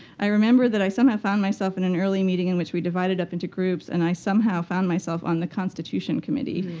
i remember that i somehow found myself in an early meeting in which we divided up into groups. and i somehow found myself on the constitution committee.